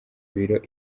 ibiro